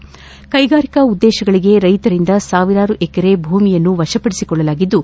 ಕ್ಷೆಗಾರಿಕಾ ಉದ್ದೇತಗಳಿಗೆ ರೈತರಿಂದ ಸಾವಿರಾರು ಎಕರೆ ಭೂಮಿಯನ್ನು ವಶಪಡಿಸಿಕೊಳ್ಳಲಾಗಿದ್ದು